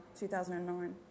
2009